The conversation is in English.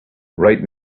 right